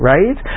Right